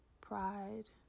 pride